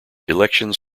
elections